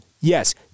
Yes